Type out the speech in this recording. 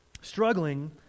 struggling